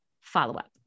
follow-up